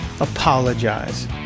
Apologize